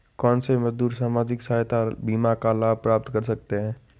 कौनसे मजदूर सामाजिक सहायता बीमा का लाभ प्राप्त कर सकते हैं?